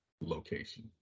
location